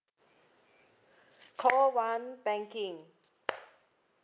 call one banking